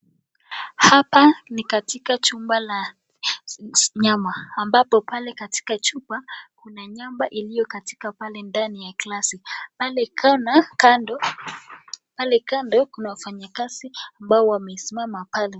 Hapa ni katika chumba la nyama, ambapo pale katika chumba kuna nyama ilio katika pale ndani ya glasi pale kona kando kuna wafanya kazi ambao wame simama pale.